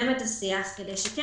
מבעוד מועד.